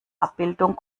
abbildung